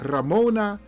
Ramona